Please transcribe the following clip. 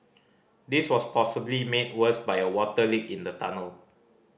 this was possibly made worse by a water leak in the tunnel